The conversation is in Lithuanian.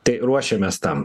tai ruošiamės tam